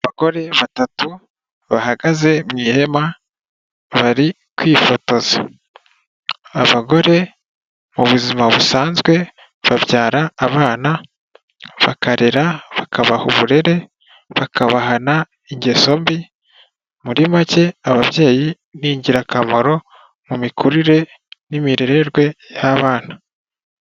Abagore batatu bahagaze mu ihema, bari kwifotoza. Abagore mu buzima busanzwe babyara abana, bakarera, bakabaha uburere, bakabahana ingeso mbi, muri make ababyeyi ni ingirakamaro mu mikurire n'imirererwe y'abana.